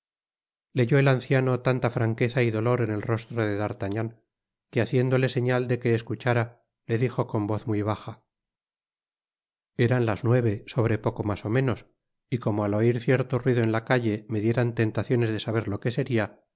leyó el anciano arta franqueza y dolor en el rostro de d'artagnan que haciéndole señal de que escuchára le dijo con voz muy baja eran las nueve sobre poco mas ó menos y como al oir cierto ruido en la calle me dieran tentaciones de saber lo que seria